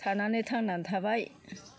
थानानै थांनानै थाबाय